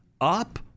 up